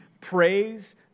praise